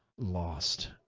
lost